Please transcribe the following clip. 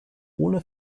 ohne